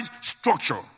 structure